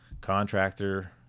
Contractor